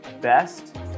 best